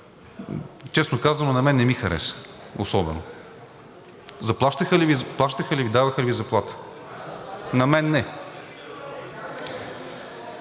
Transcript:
Честно казано, на мен не ми хареса особено. Заплащаха ли Ви, даваха ли Ви заплата? (Шум и